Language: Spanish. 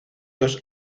dos